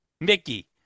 Mickey